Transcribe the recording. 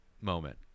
moment